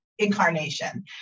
incarnation